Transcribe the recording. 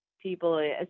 people